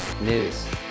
News